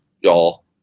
Y'all